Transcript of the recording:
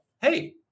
hey